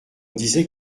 disait